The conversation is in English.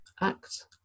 act